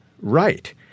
right